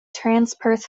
transperth